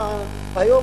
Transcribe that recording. היום,